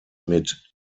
mit